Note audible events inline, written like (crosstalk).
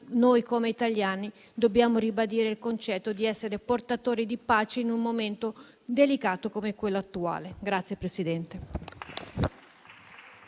mai noi italiani dobbiamo ribadire il concetto di essere portatori di pace in un momento delicato come quello attuale. (applause)